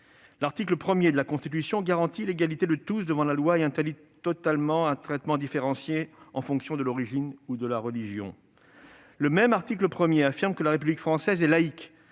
L'article 1 de la Constitution garantit l'égalité de tous devant la loi et interdit tout traitement différencié en fonction de l'origine et de la religion. Le même article 1 affirme que la République française est laïque.